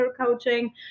coaching